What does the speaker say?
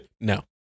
No